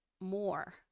more